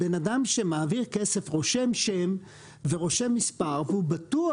בן אדם שמעביר כסף רושם שם ורושם מספר והוא בטוח